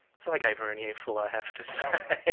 so i gave her an earful i have to say.